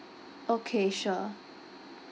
okay sure